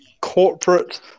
corporate